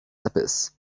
abyss